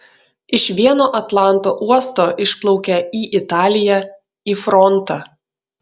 iš vieno atlanto uosto išplaukia į italiją į frontą